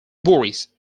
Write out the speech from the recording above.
bois